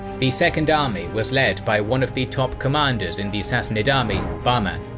the second army was led by one of the top commanders in the sassanid army, bahman,